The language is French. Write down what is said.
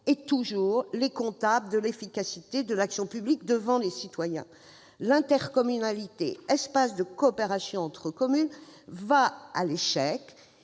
toujours les comptables de l'efficacité de l'action publique devant les citoyens. L'intercommunalité, espace de coopération entre communes, va à l'échec.